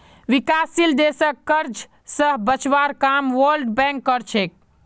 विकासशील देशक कर्ज स बचवार काम वर्ल्ड बैंक कर छेक